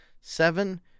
seven